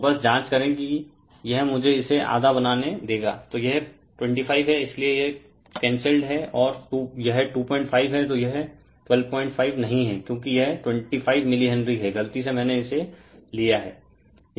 तो बस जाँच करें कि यह मुझे इसे आधा बनाने देगा तो यह 25 है इसलिए यह कांसेल्लेड है और यह 25 है तो यह 125 नहीं है क्योंकि यह 25 मिली हेनरी है गलती से मैंने इसे लिया है